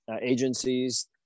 agencies